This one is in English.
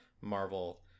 Marvel